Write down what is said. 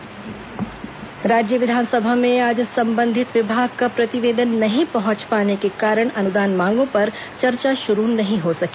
विधानसभा समाचार राज्य विधानसभा में आज संबंधित विभाग का प्रतिवेदन नहीं पहंच पाने के कारण अनुदान मांगों पर चर्चा शुरू नहीं हो सकी